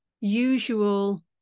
usual